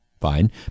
Fine